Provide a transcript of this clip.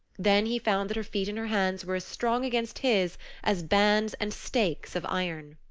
then he found that her feet and her hands were as strong against his as bands and stakes of iron.